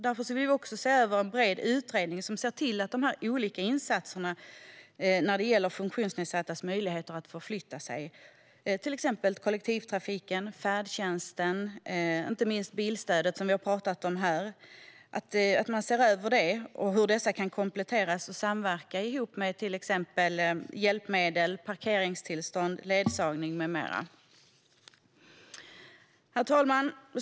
Därför vill vi se en bred utredning som ser över olika insatser när det gäller funktionsnedsattas möjligheter att förflytta sig. Det handlar till exempel om kollektivtrafiken, färdtjänsten och inte minst bilstödet, som vi har talat om här. Man ska se över detta och titta på hur det kan kompletteras och samverka med hjälpmedel, parkeringstillstånd, ledsagning med mera. Herr talman!